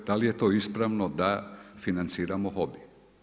Da li je to ispravno da financiramo hobi?